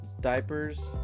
diapers